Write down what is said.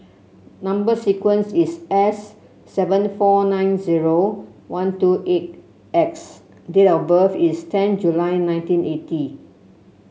number sequence is S seven four nine zero one two eight X date of birth is ten July nineteen eighty